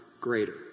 greater